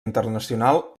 internacional